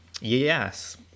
yes